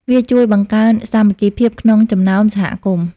វាជួយបង្កើនសាមគ្គីភាពក្នុងចំណោមសហគមន៍។